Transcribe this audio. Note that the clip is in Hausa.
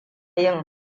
yin